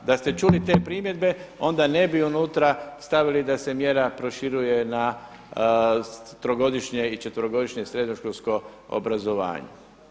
Da ste čuli te primjedbe onda ne bi unutra stavili da se mjera proširuje na trogodišnje i četverogodišnje srednjoškolsko obrazovanje.